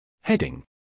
Heading